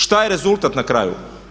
Šta je rezultat na kraju?